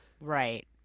Right